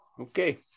okay